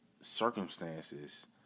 circumstances